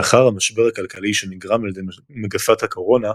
לאחר המשבר הכלכלי שנגרם על ידי מגפת הקורונה,